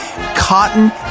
cotton